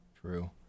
True